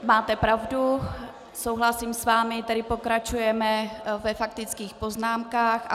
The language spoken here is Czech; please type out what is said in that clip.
Máte pravdu, souhlasím s vámi, tedy pokračujeme ve faktických poznámkách.